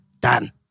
done